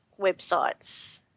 websites